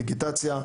דיגיטציה,